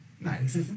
Nice